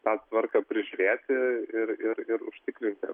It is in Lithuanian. pertvarką prižiūrėti ir ir ir užtikrinti